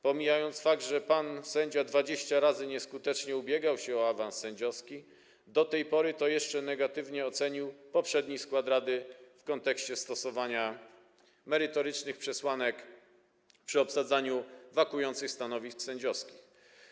Pomijając fakt, że pan sędzia do tej pory 20 razy nieskutecznie ubiegał się o awans sędziowski, to jeszcze negatywnie ocenił poprzedni skład rady w kontekście stosowania merytorycznych przesłanek przy obsadzaniu wakujących stanowisk sędziowskich.